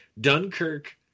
Dunkirk